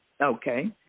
Okay